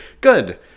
good